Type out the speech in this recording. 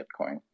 Bitcoin